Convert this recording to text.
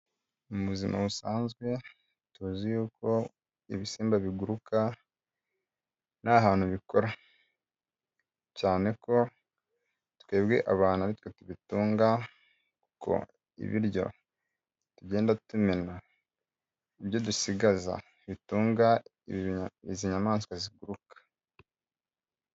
Mu buzima busanzwe tuzi yuko ibisimba biguruka nta hantu bikora cyane ko twebwe abantu aritwe tubitunga, ko ibiryo tugenda tumena, ibyo dusigaza, bitunga izi nyamaswa ziguruka.